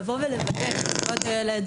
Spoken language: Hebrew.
כדי לוודא שזכויות הילד